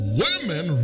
women